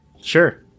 Sure